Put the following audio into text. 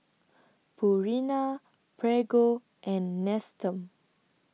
Purina Prego and Nestum